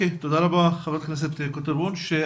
תודה רבה, חברת הכנסת קוטלר-וונש.